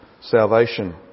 salvation